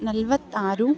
ನಲವತ್ತಾರು